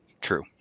True